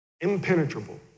impenetrable